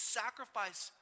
sacrifice